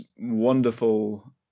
wonderful